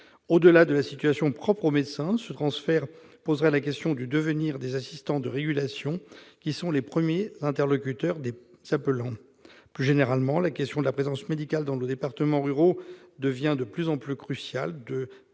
Au-delà de la situation propre aux médecins, ce transfert poserait la question du devenir des assistants de régulation, qui sont les premiers interlocuteurs des appelants. Plus généralement, la question de la présence médicale dans nos départements ruraux devient de plus en plus cruciale.